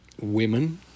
women